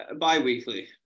Bi-weekly